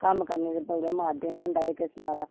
कम्म करने दे बड़ा माध्यम होंदा इक किस्मे दा